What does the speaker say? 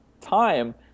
time